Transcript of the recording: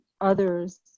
others